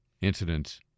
incidents